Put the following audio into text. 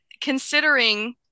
Considering